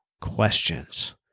questions